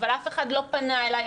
אבל אף אחד לא פנה אליי,